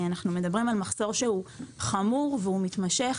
אנחנו מדברים על מחסור חמור ומתמשך.